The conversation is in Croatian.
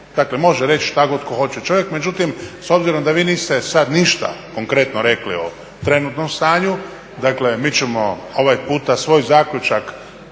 Dakle, može reći što god tko hoće, međutim s obzirom da vi niste sad ništa konkretno rekli o trenutnom stanju, dakle mi ćemo ovaj puta svoj zaključak